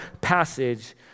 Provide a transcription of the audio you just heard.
passage